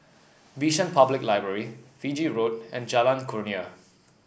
Bishan Public Library Fiji Road and Jalan Kurnia